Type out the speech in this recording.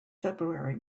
february